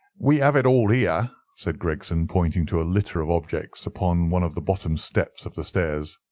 we have it all here, said gregson, pointing to a litter of objects upon one of the bottom steps of the stairs.